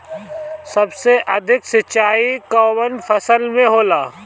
सबसे अधिक सिंचाई कवन फसल में होला?